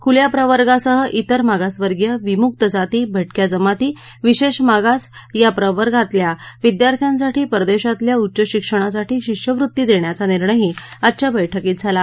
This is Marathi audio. खुल्या प्रवर्गासह इतर मागासवर्गीय विमुक्त जाती भटक्या जमाती विशेष मागास या प्रवर्गातल्या विद्यार्थ्यांसाठी परदेशातल्या उच्च शिक्षणासाठी शिष्यवृत्ती देण्याचा निर्णयही आजच्या बैठकीत झाला